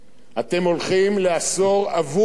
אתם הולכים לעשור אבוד.